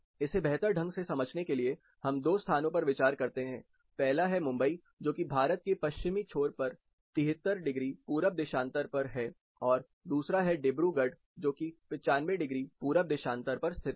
इसे बेहतर ढंग से समझने के लिए हम दो स्थानों पर विचार करते हैं पहला है मुंबई जो कि भारत के पश्चिमी छोर पर 73 डिग्री पूरब देशांतर पर है और दूसरा है डिब्रूगढ़ जोकि 95 डिग्री पूरब देशांतर पर स्थित है